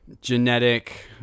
genetic